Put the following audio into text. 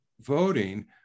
voting